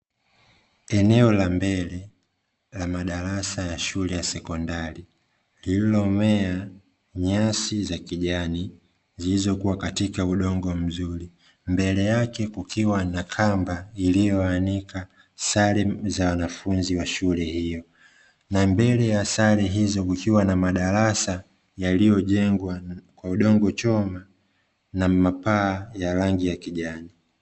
Eneo la mbele, la madarasa ya shule ya sekondari lililomea nyasi za kijani, zilizokuwa katika udongo mzuri, mbele yake kukiwa na kamba iliyoanika sare za wanafunzi wa shule hiyo, na mbele ya sare hizo kukiwa na madarasa yaliyojengwa kwa udongochoma na mapaa ya rangi ya kijani.